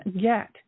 get